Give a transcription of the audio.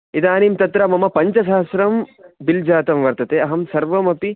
इदनीं तत्र मम पञ्चसहस्रं बिल् जातं वर्तते अहं सर्वमपि